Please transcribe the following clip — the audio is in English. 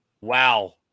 Wow